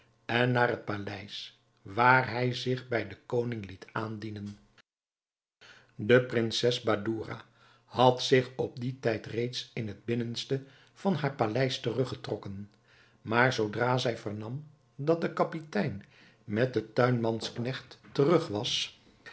en naar het paleis waar hij zich bij den koning liet aandienen de prinses badoura had zich op dien tijd reeds in het binnenste van haar paleis teruggetrokken maar zoodra zij vernam dat de kapitein met den tuinmansknecht terug was